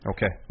Okay